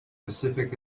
pacific